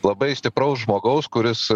labai stipraus žmogaus kuris